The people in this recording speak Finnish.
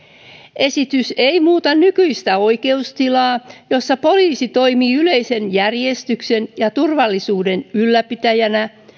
esitys ei muuta nykyistä oikeustilaa jossa poliisi toimii yleisen järjestyksen ja turvallisuuden ylläpitäjänä